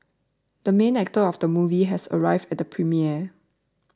the main actor of the movie has arrived at the premiere